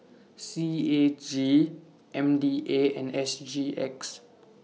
C A G M D A and S G X